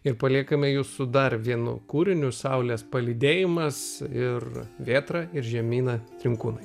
ir paliekame jus su dar vienu kūriniu saulės palydėjimas ir vėtra ir žemyna trinkūnai